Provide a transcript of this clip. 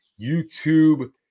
YouTube